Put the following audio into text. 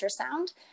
ultrasound